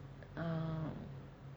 erm